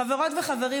חברות וחברים,